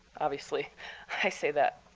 obviously i say that.